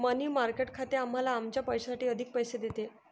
मनी market खाते आम्हाला आमच्या पैशासाठी अधिक पैसे देते